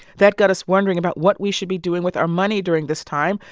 that got us wondering about what we should be doing with our money during this time,